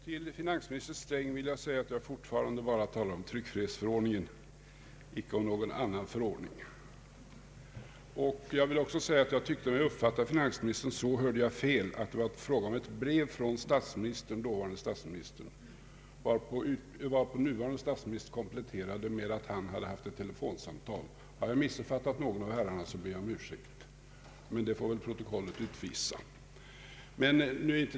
Herr talman! Jag vill säga till finansminister Sträng att jag fortfarande bara talar om tryckfrihetsförordningen, inte om någon annan förordning. Jag uppfattade finansministern så — hörde jag fel? — att det var fråga om ett brev från dåvarande statsministern, varpå nuvarande statsministern kompletterade med att han haft ett telefonsamtal. Om jag har missuppfattat någon av herrarna ber jag om ursäkt. Men det får protokollet utvisa.